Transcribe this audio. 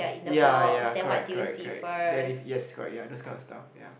ya ya correct correct correct that if yes correct ya those kind of stuff ya